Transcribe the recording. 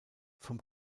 vom